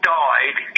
died